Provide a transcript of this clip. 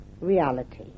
reality